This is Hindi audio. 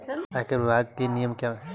आयकर विभाग के क्या नियम हैं?